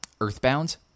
Earthbound